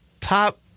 top